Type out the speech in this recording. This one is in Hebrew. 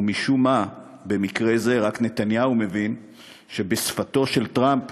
ומשום מה במקרה זה רק נתניהו מבין שבשפתו של טראמפ